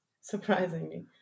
surprisingly